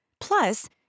Plus